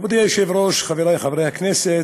מכובדי היושב-ראש, חברי חברי הכנסת,